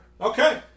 Okay